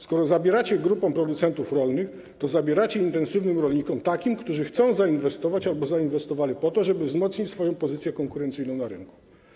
Skoro zabieracie grupom producentów rolnych, to zabieracie intensywnym rolnikom, takim, którzy chcą zainwestować albo zainwestowali po to, żeby wzmocnić swoją pozycję konkurencyjną na rynku.